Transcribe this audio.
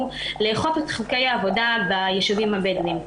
לאכוף את חוקי העבודה בישובים הבדואיים.